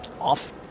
off